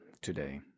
today